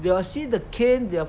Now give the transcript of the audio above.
they'll see the cane they will